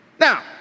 Now